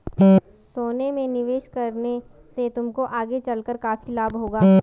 सोने में निवेश करने से तुमको आगे चलकर काफी लाभ होगा